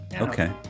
Okay